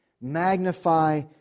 Magnify